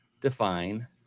define